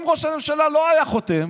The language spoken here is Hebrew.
אם ראש הממשלה לא היה חותם,